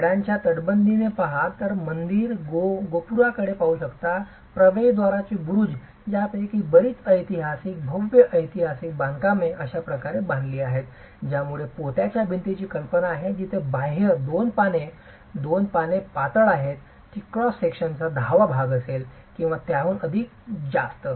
गडाच्या तटबंदीकडे पाहा तुम्ही मंदिर गोपुराकडे पाहू शकता प्रवेशद्वाराचे बुरूज यापैकी बरीच ऐतिहासिक भव्य ऐतिहासिक बांधकामे अशा प्रकारे बांधली आहेत ज्यामुळे पोत्याच्या भिंतीची कल्पना आहे जिथे बाह्य दोन पाने बाह्य दोन पाने पातळ आहेत ती क्रॉस सेक्शनचा दहावा भाग असेल किंवा त्याहून अधिक जरा जास्त